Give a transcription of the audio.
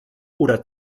oder